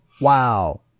Wow